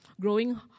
growing